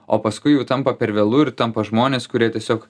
o paskui jau tampa per vėlu ir tampa žmonės kurie tiesiog